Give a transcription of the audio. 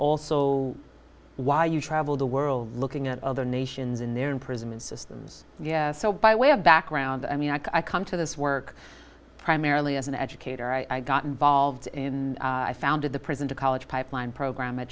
also why you traveled the world looking at other nations in their imprisonment systems so by way of background i mean i come to this work primarily as an educator i got involved in i founded the prison to college pipeline program at